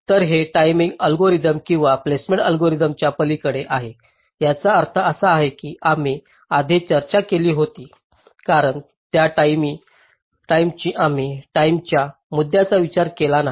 तर हे timing algorithm किंवा प्लेसमेंट अल्गोरिदमच्या पलिकडे आहे याचा अर्थ असा की आम्ही आधी चर्चा केली होती कारण त्याटाईमी आम्ही टाईमेच्या मुद्द्यांचा विचार केला नाही